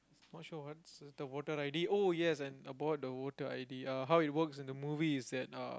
not sure what's the voter i_d oh yes and about the voter i_d uh how it works in the movie is that uh